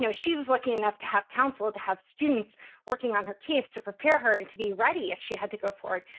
she was lucky enough to have counsel, to have students working on her case, to prepare her and to be ready if she had to go forward.